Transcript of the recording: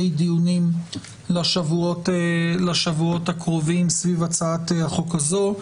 דיונים לשבועות הקרובים סביב הצעת החוק הזו.